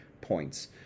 points